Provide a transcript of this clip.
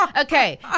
Okay